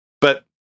But-